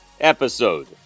episode